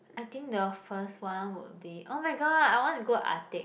I think the first one would be oh my god I want to go Arctic